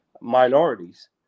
minorities